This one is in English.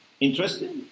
interesting